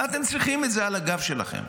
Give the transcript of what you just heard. מה אתם צריכים את זה על הגב שלכם?